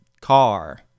car